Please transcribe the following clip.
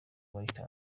white